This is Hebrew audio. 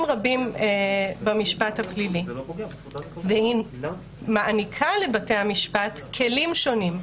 רבים במשפט הפלילי והיא מעניקה לבתי המשפט כלים שונים.